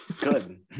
Good